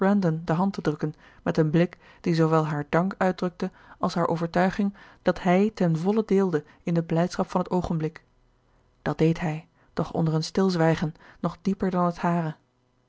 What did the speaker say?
de hand te drukken met een blik die zoowel haar dank uitdrukte als hare overtuiging dat hij ten volle deelde in de blijdschap van het oogenblik dat deed hij doch onder een stilzwijgen nog dieper dan het hare